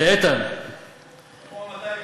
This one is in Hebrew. איתן, כמו 200 המיליון.